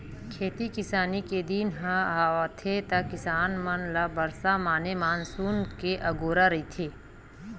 खेती किसानी के दिन ह आथे त किसान मन ल बरसा माने मानसून के अगोरा रहिथे